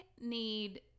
need